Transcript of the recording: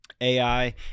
AI